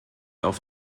auf